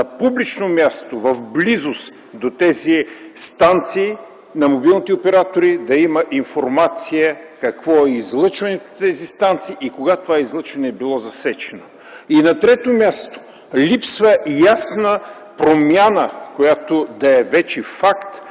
публично място в близост до тези станции на мобилните оператори да има информация какво е излъчването на тези станции и кога е било засечено. На трето място, липсва ясна промяна, която да е вече факт